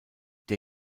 der